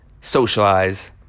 Socialize